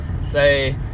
say